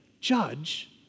judge